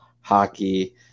hockey